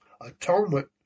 Atonement